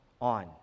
on